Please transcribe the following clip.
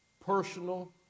personal